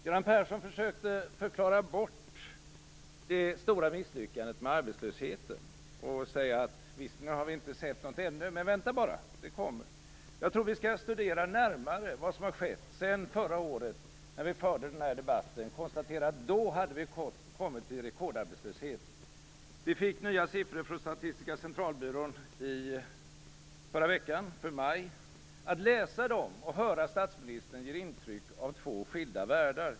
Göran Persson försökte att förklara bort det stora misslyckandet med arbetslösheten med att säga: Visserligen har vi inte sett något ännu. Men vänta bara, det kommer. Jag tror att vi skall studera närmare vad som har skett sedan förra året när vi förde den här debatten och konstaterade att vi då hade nått rekordarbetslöshet. I förra veckan fick vi nya siffror för maj från Statistiska centralbyrån. Att läsa dem och att höra statsministern ger intryck av två skilda världar.